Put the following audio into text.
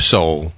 Soul